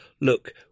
look